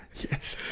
yes.